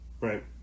right